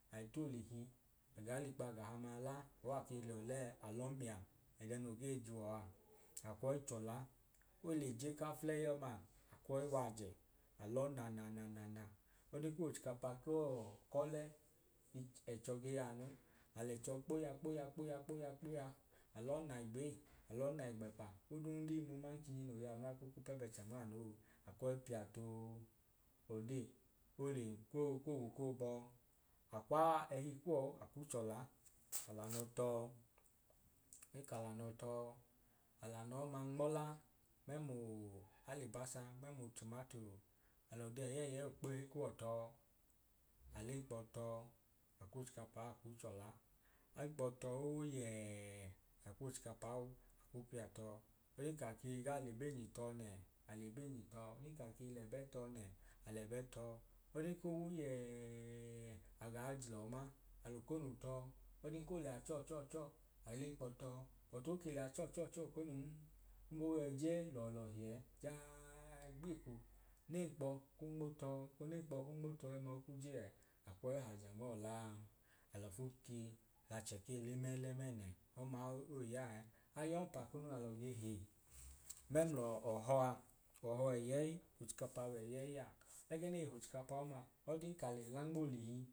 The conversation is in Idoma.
Ai t’olihi agaa l’ikpaagahamaa la ọọ ake lẹ ọlẹẹ alọọ mia ẹdẹ noo gee juwọ a, akwọi chọla, ole je ka fulei ọmaa akwọi w’aajẹ alọ na na na na na ọdin k’owochikapa kọọ k’ọle ẹcho ge yaanu, al’ẹchọ kpoya kpoya kpoya kpoya alọọ na igbei alọọ na igb’ẹpa, odundiimu man inyi ku ku pẹ bẹchẹ nmaanuu akwọi pia tuu odee ole kow kowu koo bọọ. Akwaa ẹhi kuwọu ku chọla al’anọ tọọ n ka lanọ tọọ al’anọ ọma nmọla mẹmluu alibasa mẹmlu tomato al’ọda ẹyẹyẹi okpehe kuwọ tọọ al’ẹnkpọ tọọ akw’ochikapau akuu chọla. Al’ẹnkpọ tọọ owu yẹẹ akw’ochikapau ku pia tọọ olin ka kee gaa l’ebeenyi tọọ nẹẹ al’ebeenyi tọọ akei lẹbẹ tọọ nẹẹ alẹbe tọọ. Ole ko wu yẹẹẹ agaa jilọọ ma al’ọkonu tọọ ọdin ko lẹya chọọ chọọ chọọ al’ẹnkpọ tọọ but oke lẹya chọọ chọọ chọọ okonun mbo yọi je ẹ lọọ lọọ hiẹẹ jaaa gbeko n’ẹnkpọọ ku nmo tọọ eko n’ẹnkpo ku nmo tọọ ẹẹma oku je ẹẹ akwọi haajẹ nmọọla alọfu kee daachẹ kee le mẹẹlẹ mẹẹnẹn ọma u oyi ya ẹẹ. Aya ọọmpa kunu alọ gehe mẹmlọ ọhọ a, ọhọ ẹyẹi ochikapa wẹ yẹyẹi a, ẹgẹ nei h’ochikapa ẹmaa ọdin ka le la nm’olihi